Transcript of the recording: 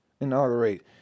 Inaugurate